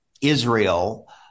Israel